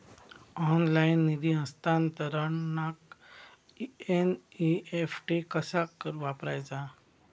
Online निधी हस्तांतरणाक NEFT कसा वापरायचा?